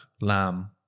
lamb